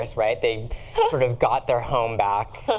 um right? they sort of got their home back.